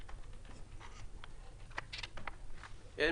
הצבעה אושר.